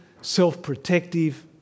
self-protective